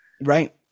right